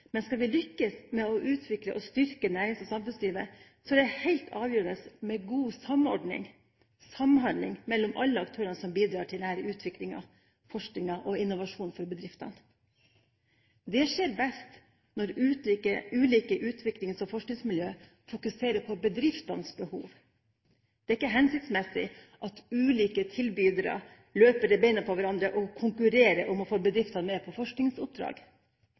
Men skal vi lykkes med å utvikle og styrke nærings- og samfunnslivet, er det helt avgjørende med god samordning – samhandling – mellom alle aktørene som bidrar til denne utviklingen, forskningen og innovasjonen for bedriftene. Det skjer best når ulike utviklings- og forskningsmiljø fokuserer på bedriftenes behov. Det er ikke hensiktsmessig at ulike tilbydere løper i bena på hverandre og konkurrerer om å få bedriftene med på forskningsoppdrag.